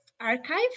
archive